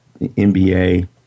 NBA